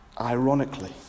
ironically